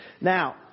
Now